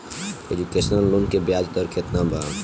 Education loan के ब्याज दर केतना बा?